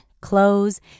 clothes